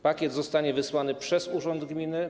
Pakiet zostanie wysłany przez urząd gminy.